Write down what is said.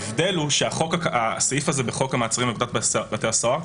ההבדל הוא שהסעיף הזה בחוק המעצרים ובפקודת בתי הסוהר,